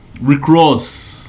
Recross